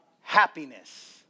happiness